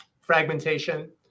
fragmentation